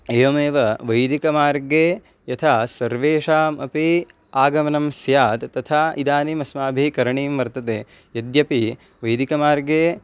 एवमेव वैदिकमार्गे यथा सर्वेषाम् अपि आगमनं स्यात् तथा इदानीम् अस्माभिः करणीयं वर्तते यद्यपि वैदिकमार्गे